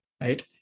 right